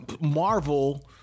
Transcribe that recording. Marvel